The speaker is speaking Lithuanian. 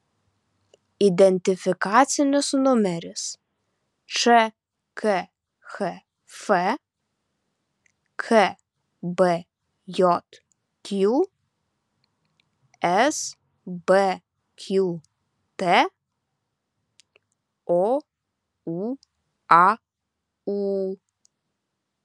identifikacinis numeris čkhf kbjq sbqt ouaū